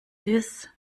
this